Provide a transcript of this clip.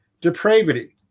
depravity